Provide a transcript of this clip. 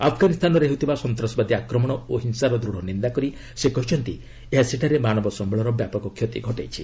ଆଫଗାନୀସ୍ତାନରେ ହେଉଥିବା ସନ୍ତାସବାଦୀ ଆକ୍ରମଣ ଓ ହିଂସାର ଦୂଢ଼ ନିନ୍ଦା କରି ସେ କହିଛନ୍ତି ଏହା ସେଠାରେ ମାନବ ସମ୍ଭଳର ବ୍ୟାପକ କ୍ଷତି ଘଟାଇଛି